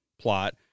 plot